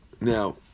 Now